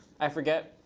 i forget.